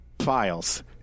files